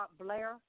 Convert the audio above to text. Blair